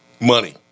money